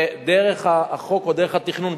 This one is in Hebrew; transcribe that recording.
דרך החוק או דרך התכנון,